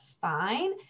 fine